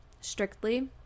strictly